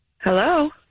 Hello